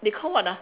they call what ah